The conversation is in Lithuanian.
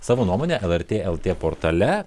savo nuomonę lrt lt portale